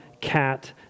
cat